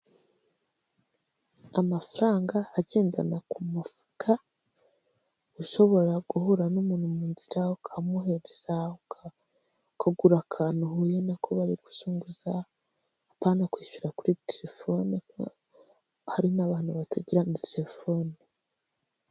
Amafaranga agendana ku mufuka ushobora guhura n'umuntu mu nzira ukamuhereza ukugura akantu uhuye na ko bari kuzunguza, apana kwishyura kuri telefone ko hari n'abantu batagira na terefone.